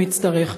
אם נצטרך.